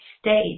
state